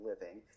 living